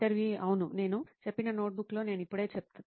ఇంటర్వ్యూఈ అవును నేను చెప్పిన నోట్బుక్లో నేను ఇప్పుడే చెప్పాను